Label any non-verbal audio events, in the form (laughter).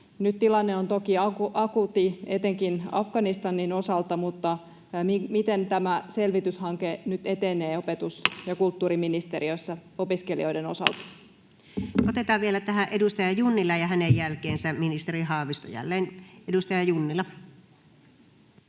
Nyt tilanne on toki akuutti etenkin Afganistanin osalta, mutta miten tämä selvityshanke (noise) nyt etenee opetus- ja kulttuuriministeriössä opiskelijoiden osalta? Mikrofoni päälle. Otetaan tähän vielä edustaja Junnila ja hänen jälkeensä ministeri Haavisto jälleen. — Edustaja Junnila.